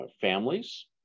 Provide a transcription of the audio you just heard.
families